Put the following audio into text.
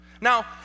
Now